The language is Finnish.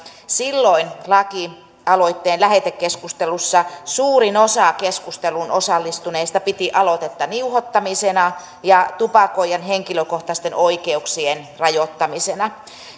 silloin lakialoitteen lähetekeskustelussa suurin osa keskusteluun osallistuneista piti aloitetta niuhottamisena ja tupakoijan henkilökohtaisten oikeuksien rajoittamisena